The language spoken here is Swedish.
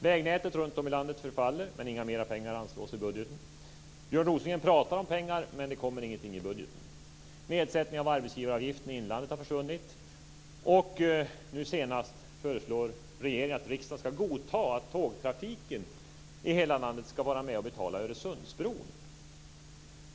Vägnätet runtom i landet förfaller, men inga mer pengar anslås i budgeten. Björn Rosengren pratar om pengar men det kommer ingenting i budgeten. Nedsättning av arbetsgivaravgiften i inlandet har också försvunnit. Nu senast föreslår regeringen att riksdagen ska godta att tågtrafiken i hela landet ska vara med och betala Öresundsbron.